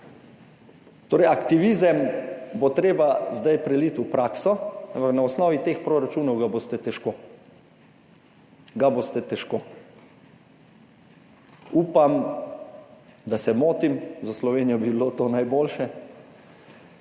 Torej, aktivizem bo treba zdaj preliti v prakso, ampak na osnovi teh proračunov ga boste težko. Ga boste težko. Upam, da se motim, za Slovenijo bi bilo to najboljše,